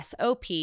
SOP